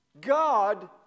God